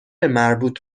مربوط